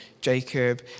Jacob